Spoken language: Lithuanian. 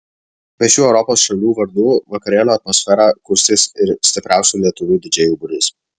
be šių europos šalių vardų vakarėlio atmosferą kurstys ir stipriausių lietuvių didžėjų būrys